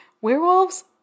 werewolves